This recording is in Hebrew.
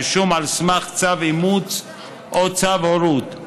רישום על סמך צו אימוץ או צו הורות.